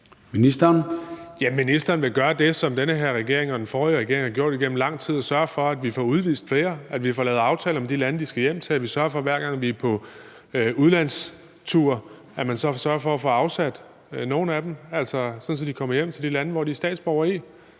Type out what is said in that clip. Ministeren vil gøre det, som den her og den forrige regering har gjort igennem lang tid, nemlig sørge for, at vi får udvist flere, at vi får lavet aftaler med de lande, de skal hjem til, at vi sørger for, at vi, hver gang vi er på udlandstur, får afsat nogle af dem, så de kommer hjem til de lande, som de er statsborgere i.